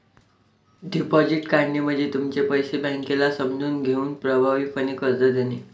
deposit काढणे म्हणजे तुमचे पैसे बँकेला समजून घेऊन प्रभावीपणे कर्ज देणे